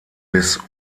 bis